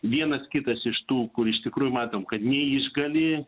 vienas kitas iš tų kur iš tikrųjų matom kad neišgali